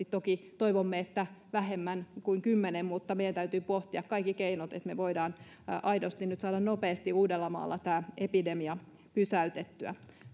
toki toivomme että vähemmän kuin kymmenen mutta meidän täytyy pohtia kaikki keinot että me voimme aidosti nyt saada nopeasti uudellamaalla tämä epidemia pysäytettyä